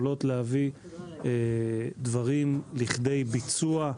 יכולות להביא דברים לכדי ביצוע.